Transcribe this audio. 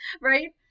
right